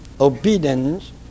obedience